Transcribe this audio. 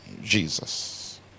Jesus